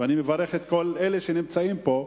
ואני מברך את כל אלה שנמצאים פה,